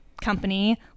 company